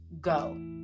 go